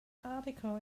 article